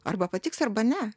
arba patiks arba ne